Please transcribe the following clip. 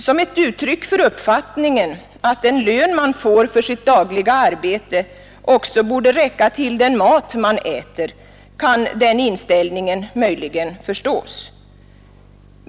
Som ett uttryck för uppfattningen att den lön man får för sitt dagliga arbete borde räcka också till den mat man äter kan den inställningen möjligen förstås.